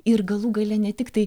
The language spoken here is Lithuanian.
ir galų gale ne tiktai